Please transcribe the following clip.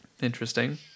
interesting